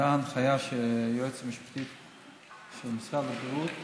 שזו ההנחיה שהיועצת המשפטית של משרד הבריאות